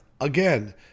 again